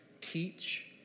Teach